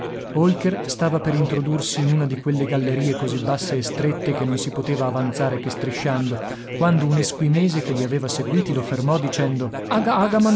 holker stava per introdursi in una di quelle gallerie così basse e strette che non si poteva avanzare che strisciando quando un esquimese che li aveva seguiti lo fermò dicendo